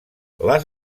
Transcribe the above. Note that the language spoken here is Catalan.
les